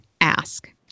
ask